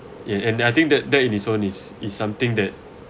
ya and I think that that on its own is something that